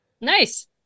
Nice